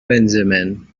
benjamin